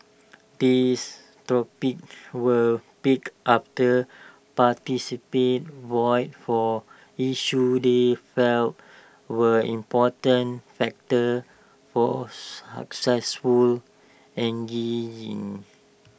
these topics were picked after participants voted for issues they felt were important factors for successful